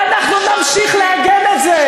ואנחנו נמשיך להגן על זה,